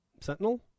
Sentinel